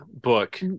book